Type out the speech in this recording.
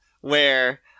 where-